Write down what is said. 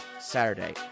Saturday